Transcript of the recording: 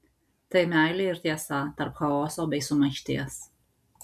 tai meilė ir tiesa tarp chaoso bei sumaišties